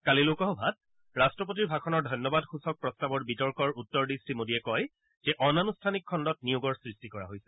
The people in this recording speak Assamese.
কালি লোকসভাত ৰাট্টপতিৰ ভাষণৰ ধন্যবাদ সূচক প্ৰস্তাৱৰ বিতৰ্কৰ উত্তৰ দি শ্ৰীমোডীয়ে কয় যে অনানুষ্ঠানিক খণ্ডত নিয়োগৰ সৃষ্টি কৰা হৈছে